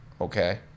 okay